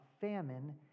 famine